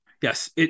Yes